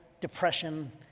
depression